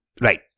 Right